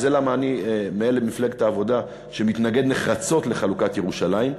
וזה למה אני מאלה ממפלגת העבודה שמתנגדים נחרצות לחלוקת ירושלים,